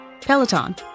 Peloton